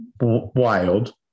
wild